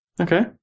Okay